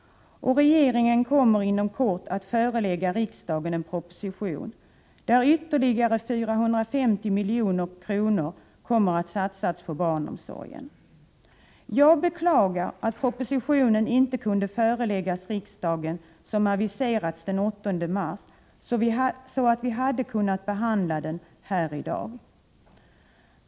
Regeringen kommer inom kort att förelägga riksdagen en proposition i vilken föreslås att ytterligare 450 miljoner skall satsas på barnomsorgen. Jag beklagar att propositionen inte, som aviserat, kunde föreläggas riksdagen den 8 mars, så att vi hade kunnat behandla den här i dag.